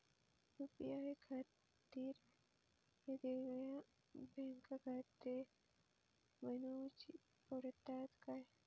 UPI खातीर येगयेगळे बँकखाते बनऊची पडतात काय?